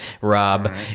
Rob